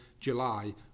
July